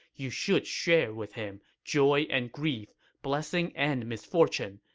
you should share with him joy and grief, blessing and misfortune,